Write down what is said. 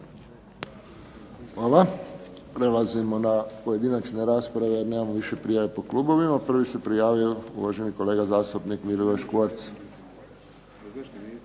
Hvala. Prelazimo na pojedinačne rasprave, jer nemamo više prijava po klubovima. Prvi se prijavio uvaženi kolega zastupnik Milivoj Škvorc.